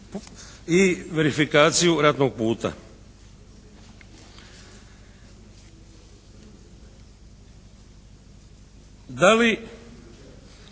i verifikaciju ratnog puta.